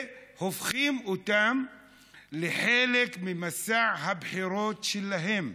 והופכים אותן לחלק ממסע הבחירות שלהם,